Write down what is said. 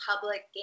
public